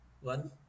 one